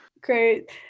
Great